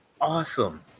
awesome